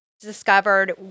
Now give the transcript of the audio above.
discovered